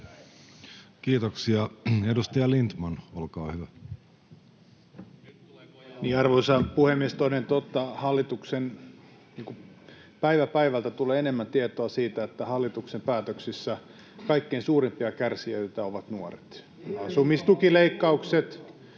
Kiitoksia. — Edustaja Lindtman, olkaa hyvä. Arvoisa puhemies! Toden totta päivä päivältä tulee enemmän tietoa siitä, että hallituksen päätöksissä kaikkein suurimpia kärsijöitä ovat nuoret. [Ben Zyskowiczin